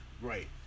Right